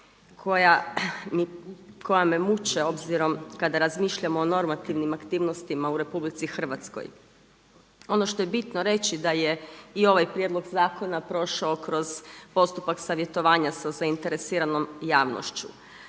koja me muče obzirom kada razmišljamo o normativnim aktivnostima u RH. Ono što je bitno reći da je i ovaj prijedlog zakona prošao kroz postupak savjetovanja sa zainteresiranom javnošću.